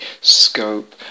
scope